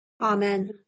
Amen